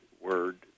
word